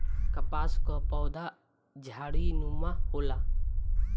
कपास कअ पौधा झाड़ीनुमा होला